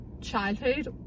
childhood